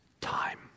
time